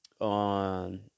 on